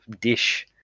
dish